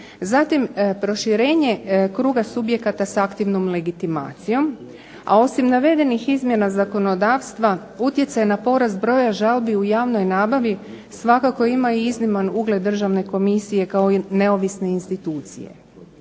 Zatim proširenje kruga subjekata s aktivnom legitimacijom, a osim navedenih izmjena zakonodavstva utjecaj na porast broja žalbi u javnoj nabavi svakako ima i izniman ugled državne komisije kao neovisne institucije.